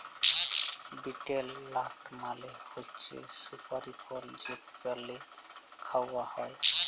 betel লাট মালে হছে সুপারি ফল যেট পালে খাউয়া হ্যয়